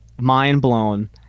mind-blown